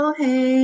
hey